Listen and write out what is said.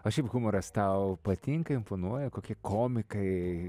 o šiaip humoras tau patinka imponuoja kokie komikai